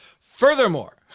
Furthermore